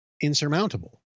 insurmountable